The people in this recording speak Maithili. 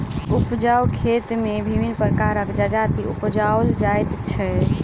उपजाउ खेत मे विभिन्न प्रकारक जजाति उपजाओल जाइत छै